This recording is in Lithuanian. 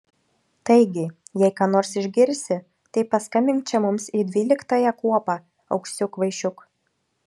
taigi jei ką nors išgirsi tai paskambink čia mums į dvyliktąją kuopą auksiuk kvaišiuk